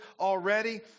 already